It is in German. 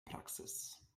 praxis